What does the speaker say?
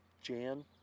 Jan